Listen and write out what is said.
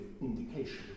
indication